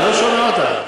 אני לא שומע אותך.